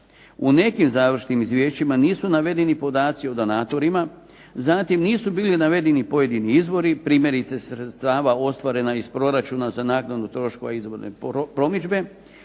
U nekim završnim izvješćima nisu navedeni podaci od donatorima, zatim nisu bili navedeni neki izvori primjerice sredstava ostvarena iz proračuna za naknadu troškova izborne promidžbe,